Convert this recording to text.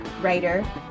writer